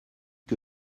que